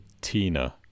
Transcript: tina